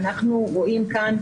ואנחנו רואים כאן,